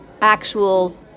actual